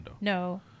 No